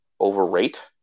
overrate